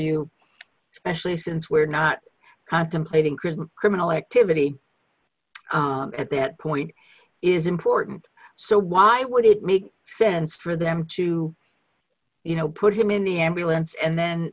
specially since we're not contemplating prison criminal activity at that point is important so why would it make sense for them to you know put him in the ambulance and then